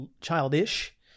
childish